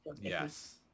yes